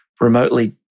remotely